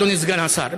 אדוני סגן השר,